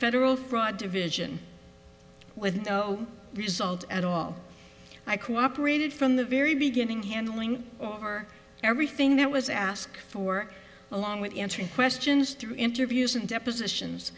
federal fraud division with no result at all i cooperated from the very beginning handling over everything that was asked for along with answering questions through interviews and depositions